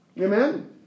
Amen